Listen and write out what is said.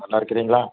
நல்லா இருக்குறிங்களா